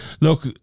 look